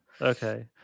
Okay